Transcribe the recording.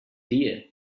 deer